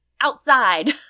Outside